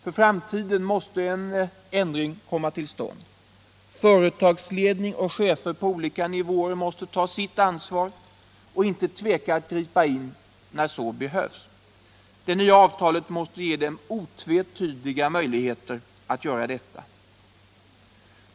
För framtiden måste en ändring komma till stånd. Företagsledning och chefer på olika nivåer måste ta sitt ansvar och inte tveka att gripa in när det behövs. Det nya avtalet måste ge dem otvetydiga möjligheter att göra detta.